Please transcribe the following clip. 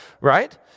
right